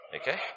Okay